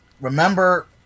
remember